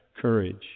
courage